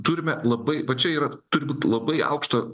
turime labai va čia yra turi būt labai aukštos